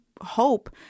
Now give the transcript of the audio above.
hope